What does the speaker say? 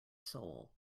soul